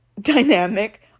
dynamic